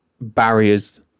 barriers